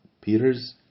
Peter's